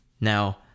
Now